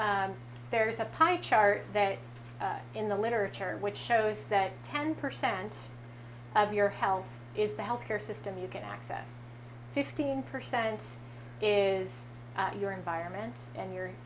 there's a pie chart there in the literature which shows that ten percent of your health is the health care system you get access fifteen percent is your environment and you